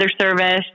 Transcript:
Service